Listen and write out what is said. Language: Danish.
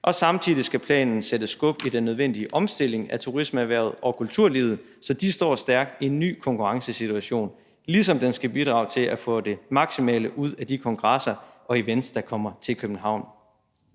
Samtidig skal planen sætte skub i den nødvendige omstilling af turismeerhvervet og kulturlivet, så de står stærkt i en ny konkurrencesituation, ligesom den skal bidrage til at få det maksimale ud af de kongresser og events, der kommer til København.